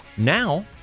Now